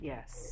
Yes